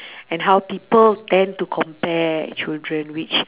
and how people tend to compare children which